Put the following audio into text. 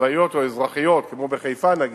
צבאיות או אזרחיות, כמו בחיפה, נגיד,